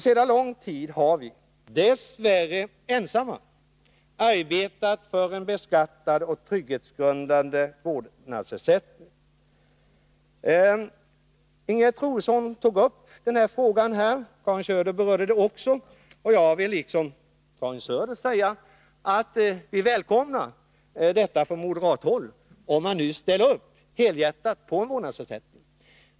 Sedan lång tid tillbaka har vi — dess värre ensamma — arbetat för en beskattad och trygghetsgrundande vårdnadsersättning. Ingegerd Troedsson tog upp frågan här, och Karin Söder berörde den också. Jag vill liksom Karin Söder säga att vi välkomnar om man pu från moderat håll ställer upp helhjärtat på en vårdnadsersättning.